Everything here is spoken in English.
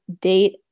date